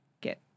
get